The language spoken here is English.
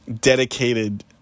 dedicated